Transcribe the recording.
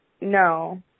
no